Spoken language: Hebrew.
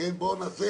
בוא נעשה